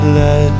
let